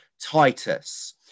Titus